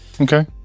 Okay